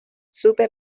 supe